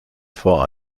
vor